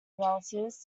relatives